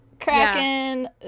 Kraken